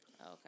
Okay